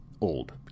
old